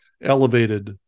elevated